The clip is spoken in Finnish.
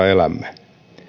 elämme